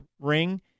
ring